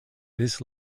this